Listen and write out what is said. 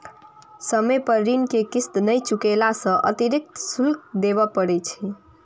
समय पर ऋण के किस्त नहि चुकेला सं अतिरिक्त शुल्क देबय पड़ै छै